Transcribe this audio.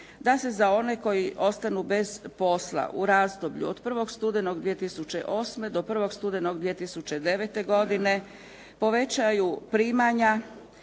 da se za one koji ostanu bez posla u razdoblju od 1. studenog 2008. do 1. studenog 2009. godine povećaju primanja